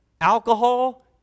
Alcohol